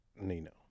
Nino